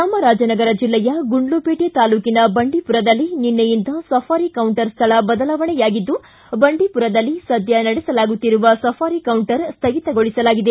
ಚಾಮರಾಜನಗರ ಜಿಲ್ಲೆಯ ಗುಂಡ್ಲುಪೇಟೆ ತಾಲ್ಲೂಕಿನ ಬಂಡೀಮರದಲ್ಲಿ ನಿನ್ನೆಯಿಂದ ಸಫಾರಿ ಕೌಂಟರ್ ಸ್ಹಳ ಬದಲಾವಣೆಯಾಗಿದ್ದು ಬಂಡೀಮರದಲ್ಲಿ ಸದ್ದ ನಡೆಸಲಾಗುತ್ತಿರುವ ಸಫಾರಿ ಕೌಂಟರ್ ಸ್ವಗಿತಗೊಳಿಸಲಾಗಿದೆ